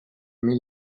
mil